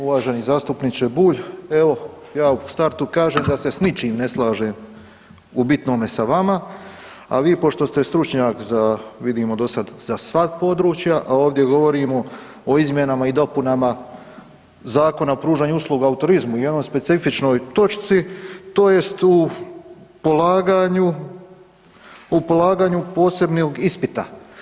Uvaženi zastupniče Bulj, evo, ja u startu kažem da se s ničim ne slažem u bitnome sa vama, a vi pošto ste stručnjak za, vidimo dosad, za sva područja, a ovdje govorimo o izmjenama i dopunama Zakona o pružanju usluga u turizmu i jednoj specifičnoj točci, tj. u polaganju posebnog ispita.